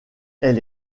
elle